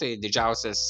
tai didžiausias